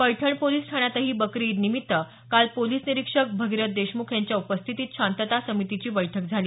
Paithan police ठाण्यातही बकरी ईद निमित्त काल पोलीस निरीक्षक भगीरथ देशमुख यांच्या उपस्थितीत शांतता समितीची बैठक झाली